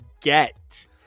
get